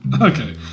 Okay